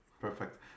Perfect